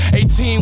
18